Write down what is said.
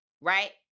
right